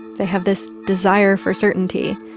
they have this desire for certainty,